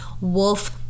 wolf